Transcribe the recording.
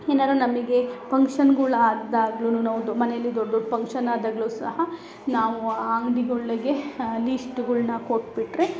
ಏನಾದ್ರು ನಮಗೆ ಫಂಕ್ಷನ್ಗಳ್ ಆದಾಗ್ಲೂ ನಾವು ದೊ ಮನೇಲಿ ದೊಡ್ಡ ದೊಡ್ಡ ಫಂಕ್ಷನಾದಾಗ್ಲು ಸಹ ನಾವು ಆ ಅಂಗಡಿಗಳಿಗೆ ಲೀಸ್ಟ್ಗಳ್ನ ಕೊಟ್ಬಿಟ್ಟರೆ